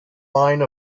line